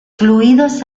fluidos